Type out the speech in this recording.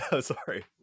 Sorry